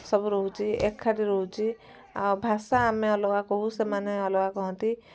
ସବୁ ରହୁଛି ଏକାଠି ରହୁଛି ଆଉ ଭାଷା ଆମେ ଅଲଗା କହୁ ସେମାନେ ଅଲଗା କହନ୍ତି